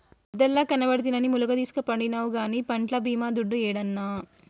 పొద్దల్లా కట్టబడితినని ములగదీస్కపండినావు గానీ పంట్ల బీమా దుడ్డు యేడన్నా